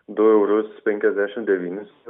du eurus penkiasdešim devynis